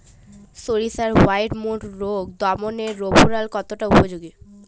সরিষার white mould রোগ দমনে রোভরাল কতটা উপযোগী?